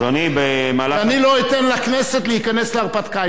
ואני לא אתן לכנסת להיכנס להרפתקה.